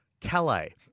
Calais